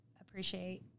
appreciate